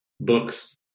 books